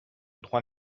trois